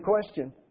question